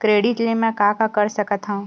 Credit ले मैं का का कर सकत हंव?